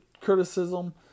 criticism